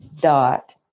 dot